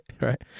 right